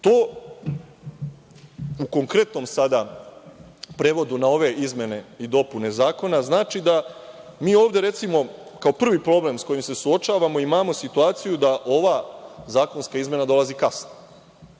konkretnom prevodu na ove izmene i dopune Zakona, to znači da mi ovde, recimo, kao prvi problem s kojim se suočavamo, imamo situaciju da ova zakonska izmena dolazi kasno.